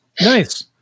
Nice